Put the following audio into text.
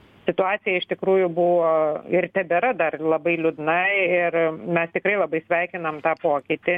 situacija iš tikrųjų buvo ir tebėra dar labai liūdna ir mes tikrai labai sveikinam tą pokytį